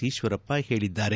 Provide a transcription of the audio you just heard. ಈಶ್ವರಪ್ಪ ಹೇಳಿದ್ದಾರೆ